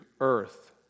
earth